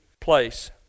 place